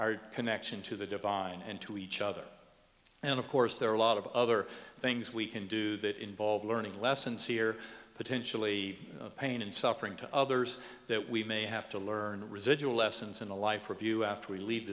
our connection to the divine and to each other and of course there are a lot of other things we can do that involve learning lessons here potentially pain and suffering to others that we may have to learn residual lessons in the life review after we leave